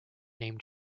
name